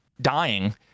dying